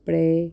આપણે